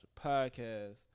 Podcast